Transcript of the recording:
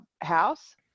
house